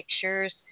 pictures